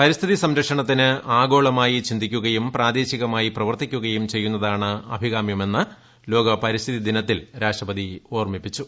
പരിസ്ഥിതി സംരക്ഷണത്തിന് ആഗോളമായി ചിന്തിക്കുകയും പ്രാദേശികമായി പ്രവർത്തിക്കുകയും അഭികാമ്യമെന്ന് ലോക പരിസ്ഥിതി ദിനത്തിൽ രാഷ്ട്രപതി ഓർമിപ്പിച്ചു